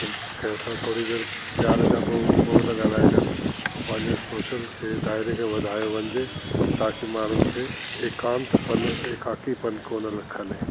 कंहिं सां थोरी देरि प्यार जा ॿ बोल ॻाल्हाइजनि ऐं पंहिंजा सोशल खे दायरे खे वधायो वञे ताकी माण्हुनि खे एकांत पन एकाकी पन कोन्ह खले